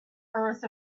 earth